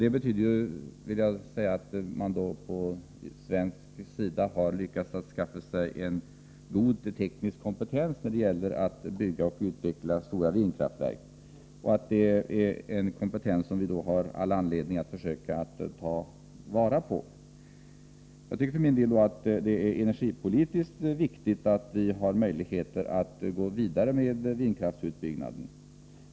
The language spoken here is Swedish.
Detta betyder att man på svensk sida har lyckats skaffa sig en god teknisk kompetens när det gäller att bygga och utveckla stora vindkraftverk — en kompetens som vi har anledning att försöka ta vara på. Jag tycker för min del att det är energipolitiskt viktigt att vi har möjligheter att gå vidare med vindkraftsutbyggnaden.